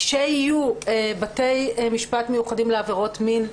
כשיהיו בתי משפט מיוחדים לעבירות מין,